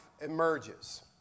emerges